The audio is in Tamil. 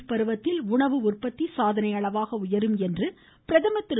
ப் பருவத்தில் உணவு உற்பத்தி சாதனை அளவாக உயரும் என்று பிரதமர் திரு